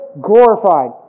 glorified